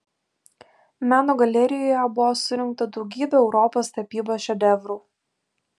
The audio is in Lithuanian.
meno galerijoje buvo surinkta daugybė europos tapybos šedevrų